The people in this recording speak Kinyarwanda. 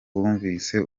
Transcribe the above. bumvise